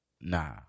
Nah